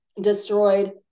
destroyed